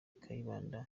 kayibanda